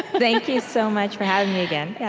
thank you so much for having me again. yeah